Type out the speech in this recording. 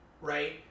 right